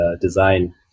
design